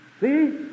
See